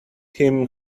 him